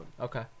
Okay